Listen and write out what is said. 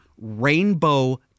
rainbow